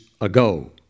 ago